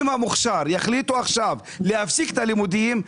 אם המוכשר יחליט עכשיו להפסיק את הלימודים,